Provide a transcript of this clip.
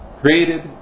Created